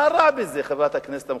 מה רע בזה חברת הכנסת המכובדת?